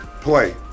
play